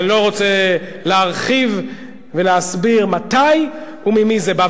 אני לא רוצה להרחיב ולהסביר מתי וממי זה בא.